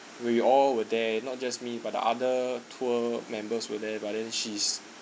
we all were there not just me but the other tour members were there but then she's